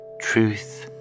truth